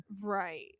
right